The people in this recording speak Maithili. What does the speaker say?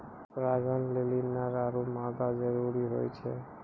परागण लेलि नर आरु मादा जरूरी होय छै